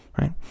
Right